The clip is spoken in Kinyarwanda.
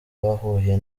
bahuye